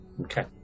Okay